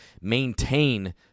maintain